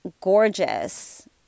gorgeous